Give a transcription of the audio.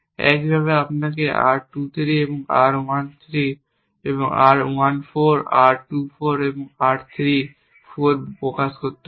একইভাবে আপনাকে R 2 3 R 1 3 R 1 4 R 2 4 এবং R 3 4 প্রকাশ করতে হবে